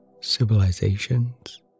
civilizations